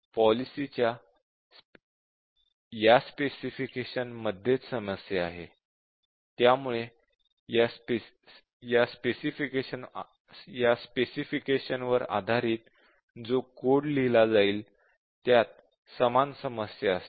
policy च्या specification मध्येच समस्या आहे त्यामुळे या स्पेसिफिकेशन वर आधारित जो कोड लिहिला जाईल त्यात समान समस्या असतील